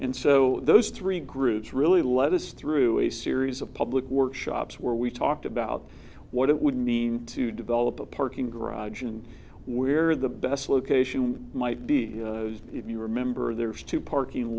and so those three groups really led us through a series of public workshops where we talked about what it would mean to develop a parking garage and where the best location might be if you remember there's two parking